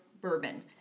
bourbon